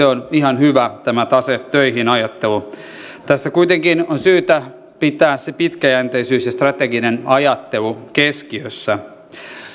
on ihan hyvä tämä tase töihin ajattelu tässä kuitenkin on syytä pitää se pitkäjänteisyys ja strateginen ajattelu keskiössä